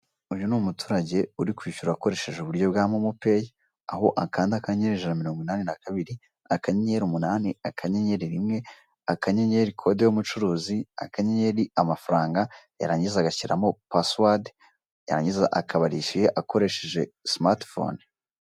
Uyu numuturage uri kwishyura akoresheje uburyo bwa momo pay aho akanda akanyenyeri ijana na mirongo inani na kabiri akanyenyeri umunani akanyenyeri rimwe akanyenyeri kode yumucuruzi akanyenyeri amafaranga yarangiza agashyiramo pasuwadi yarangiza akaba arishyuye akoresheje simatifone.